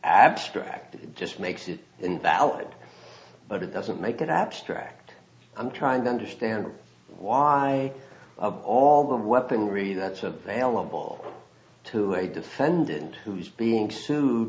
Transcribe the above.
abstract it just makes it invalid but it doesn't make it abstract i'm trying to understand why of all the weaponry that's available to a defendant who is being sued